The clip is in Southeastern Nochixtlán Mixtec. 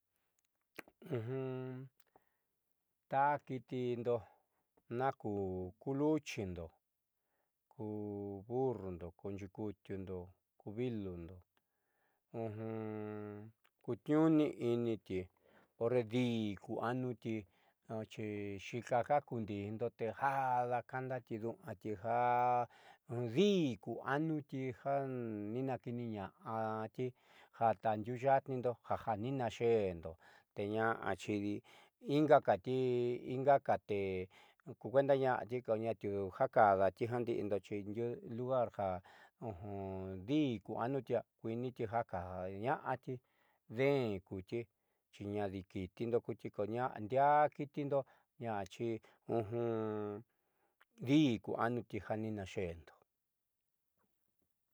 ta kitindo naku ku lichindo ku burrundo ku nyikutiundo ku vilundo kuutniuui'initi horre dii ku anuti xi xikaka kundiindo te ja dakandaati du'uati ja dii ku anuti ja ninaki'niña'ati jatan diuuyaatniindo jaja ni naxe'endo te ña'a xidi ingakode kukuenda ña'ati xi atiuja kadatijandiindo lugarja dii ku anuti kuiniti ja kajña'ati deen kuti xi adikitindo kuti ko ña'a ndia'a kitindo dii ku aniuti ja ninaxeendo.